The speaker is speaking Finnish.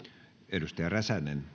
arvoisa